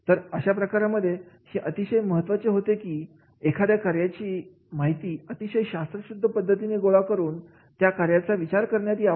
तर अशा प्रकारांमध्ये हे अतिशय महत्त्वाचे होते की एखाद्या कार्याची माहिती अतिशय शास्त्रशुद्ध पद्धतीने गोळा करून त्या कार्याचा विचार करण्यात यावा